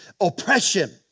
oppression